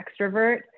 extrovert